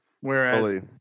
Whereas